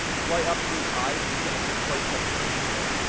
right up to his eye so you get, like, a closeup of it shooting in